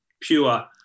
pure